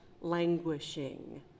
languishing